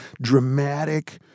dramatic